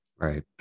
Right